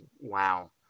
Wow